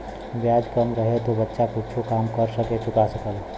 ब्याज कम रहे तो बच्चा कुच्छो काम कर के चुका सकला